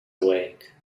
awake